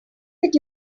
that